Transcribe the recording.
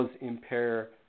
impair